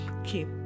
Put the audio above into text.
okay